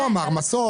הוא אמר מסוק,